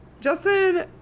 Justin